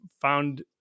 found